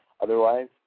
Otherwise